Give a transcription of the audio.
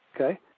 Okay